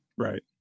Right